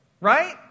Right